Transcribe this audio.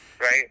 Right